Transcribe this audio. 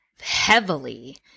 heavily